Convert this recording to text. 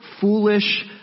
foolish